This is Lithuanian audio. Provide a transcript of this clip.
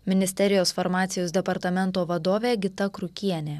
ministerijos farmacijos departamento vadovė gita krukienė